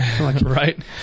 right